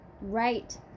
Right